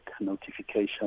notification